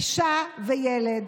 אישה וילד